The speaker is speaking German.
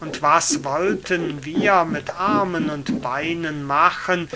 und was wollten wir mit armen und beinen machen